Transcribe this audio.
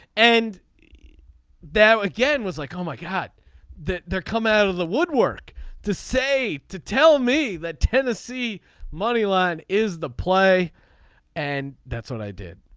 and that again was like oh my god there come out of the woodwork to say to tell me that tennessee moneyline is the play and that's what i did.